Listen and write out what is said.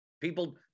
People